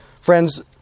Friends